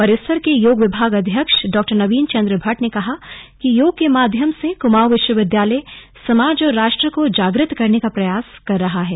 परिसर के योग विभागाध्यक्षडा नवीन चंद्र भट्ट ने कहा कि योग के माध्यम से कमाऊं विश्वविद्यालय समाज और राष्ट्र को जागृत करने का प्रयास कर रही है